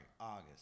August